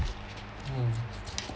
mm